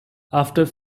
after